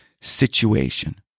situation